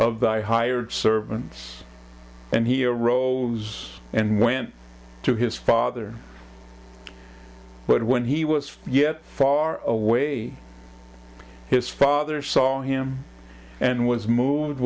i hired servants and he arose and went to his father but when he was yet far away his father saw him and was mo